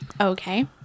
Okay